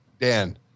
Dan